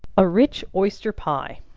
a rich oyster pie.